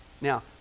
Now